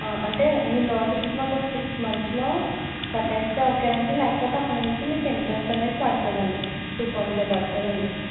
ఆ అంటే మీరు లోన్ తీసుకున్నాక ఒక సిక్స్ మంత్స్లో కట్టేస్తే ఓకేనండి లేకపోతే అక్కడ్నుంచి మీకు ఇంట్రెస్ట్ అనేది పడుతుందండి టు పాయింట్ ఫైవ్ పడుతుందండి